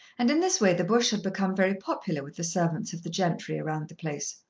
and in this way the bush had become very popular with the servants of the gentry around the place.